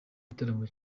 igitaramo